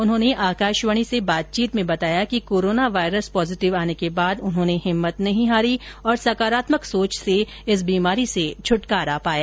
उन्होंने आकाशवाणी से बातचीत में बताया कि कोरोना वायरस पॉजीटिव आने के बाद उन्होंने हिम्मत नहीं हारी और सकारात्मक सोच से इस बीमारी से छ्टकारा पाया